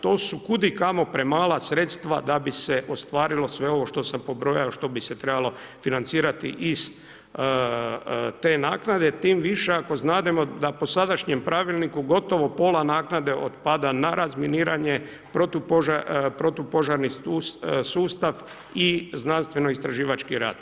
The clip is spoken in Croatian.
To su kudikamo premala sredstva da bi se ostvarilo sve ovo što sam pobrojao, što bi se trebalo financirati iz te naknade tim više ako znademo da po sadašnjem pravilniku gotovo pola naknade otpada na razminiranje, protupožarni sustav i znanstveno-istraživački rad.